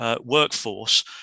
Workforce